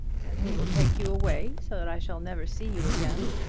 and who will take you away, so that i shall never see you again?